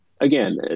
again